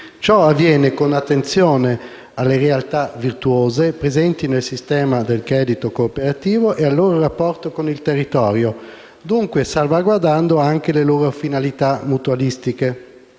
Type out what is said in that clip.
Ciò avviene con attenzione alle realtà virtuose presenti nel sistema del credito cooperativo e al loro rapporto con il territorio, dunque salvaguardando anche le loro finalità mutualistiche.